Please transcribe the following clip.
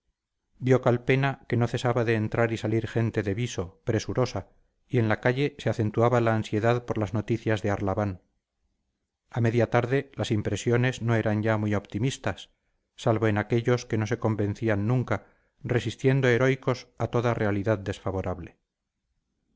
vio calpena que no cesaba de entrar y salir gente de viso presurosa y en la calle se acentuaba la ansiedad por las noticias de arlabán a media tarde las impresiones no eran ya muy optimistas salvo en aquellos que no se convencían nunca resistiendo heroicos a toda realidad desfavorable